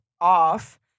off